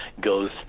goes